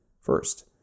first